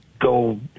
go